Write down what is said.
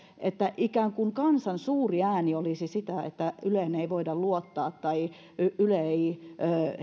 että ikään kuin kansan suuri ääni olisi sitä mieltä että yleen ei voida luottaa tai yle ei